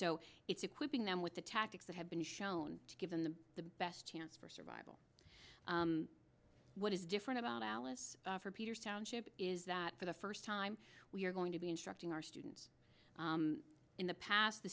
so it's equipping them with the tactics that have been shown to given them the best chance for survival what is different about alice peters township is that for the first time we are going to be instructing our students in the past the